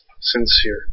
sincere